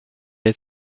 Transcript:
est